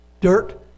dirt